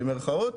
במירכאות.